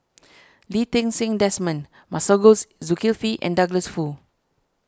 Lee Ti Seng Desmond Masagos Zulkifli and Douglas Foo